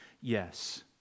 yes